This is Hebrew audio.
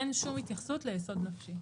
אין שום התייחסות ליסוד נפשי.